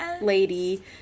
lady